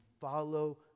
follow